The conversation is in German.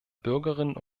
bürgerinnen